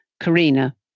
Karina